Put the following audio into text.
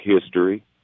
history